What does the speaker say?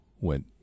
went